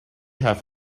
have